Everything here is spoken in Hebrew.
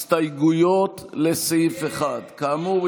הסתייגויות לסעיף 1. כאמור,